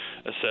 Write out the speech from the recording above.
assess